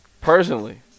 personally